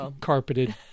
carpeted